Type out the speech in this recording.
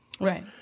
right